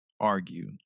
argue